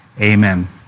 amen